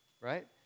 right